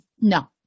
no